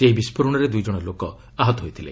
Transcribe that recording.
ସେହି ବିଷ୍କୋରଣରେ ଦୁଇ ଜଣ ଲୋକ ଆହତ ହୋଇଥିଲେ